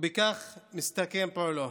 ובכך מסתכם פועלו.